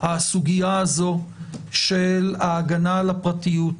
הסוגיה הזו של ההגנה על הפרטיות,